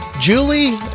Julie